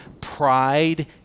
pride